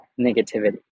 negativity